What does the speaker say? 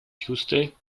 tuesday